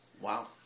Wow